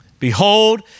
Behold